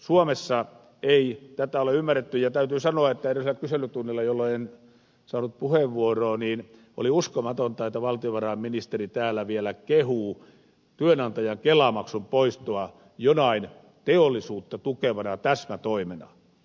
suomessa ei tätä ole ymmärretty ja täytyy sanoa että edellisellä kyselytunnilla jolloin en saanut puheenvuoroa oli uskomatonta että valtiovarainministeri täällä vielä kehui työnantajan kelamaksun poistoa jonain teollisuutta tukevana täsmätoimena